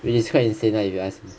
which is quite insane lah if you ask